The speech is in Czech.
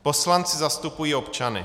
Poslanci zastupují občany.